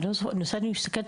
אני מסתכלת